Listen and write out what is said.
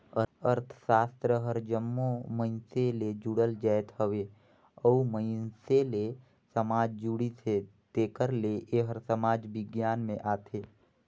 अर्थसास्त्र हर जम्मो मइनसे ले जुड़ल जाएत हवे अउ मइनसे ले समाज जुड़िस हे तेकर ले एहर समाज बिग्यान में आथे